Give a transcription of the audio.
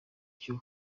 cyo